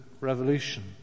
revolution